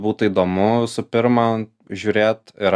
būtų įdomu visų pirma žiūrėt ir